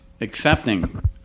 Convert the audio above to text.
accepting